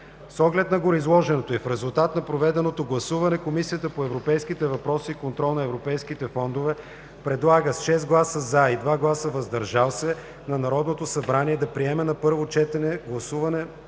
С оглед на гореизложеното и в резултат на проведеното гласуване, Комисията по европейските въпроси и контрол на европейските фондове предлага с 6 гласа „за” и 2 гласа „въздържали се” на Народното събрание да приеме на първо гласуване